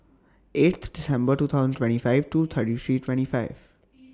eighth December two thousand twenty five two thirty three twenty five